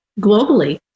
globally